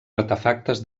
artefactes